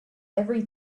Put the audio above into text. every